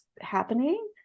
happening